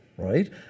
Right